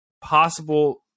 possible